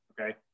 okay